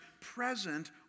present